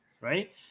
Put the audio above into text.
right